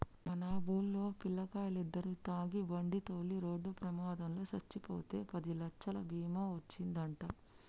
మన వూల్లో పిల్లకాయలిద్దరు తాగి బండితోలి రోడ్డు ప్రమాదంలో సచ్చిపోతే పదిలచ్చలు బీమా ఒచ్చిందంట